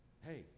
hey